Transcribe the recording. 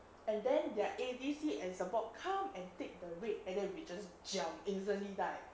and then their A_D_C and support come and take the weight and then we just jump easily die